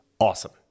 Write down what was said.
awesome